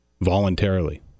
voluntarily